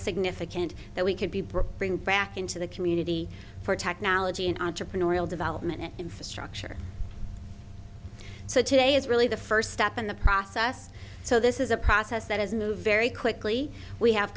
significant that we could be broke bring back into the community for technology and entrepreneurial development and infrastructure so today is really the first step in the process so this is a process that has moved very quickly we have